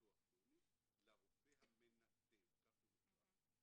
לביטוח לאומי לרופא המנתב, כך הוא נקרא.